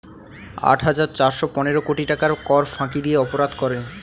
আট হাজার চারশ পনেরো কোটি টাকার কর ফাঁকি দিয়ে অপরাধ করে